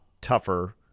tougher